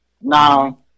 now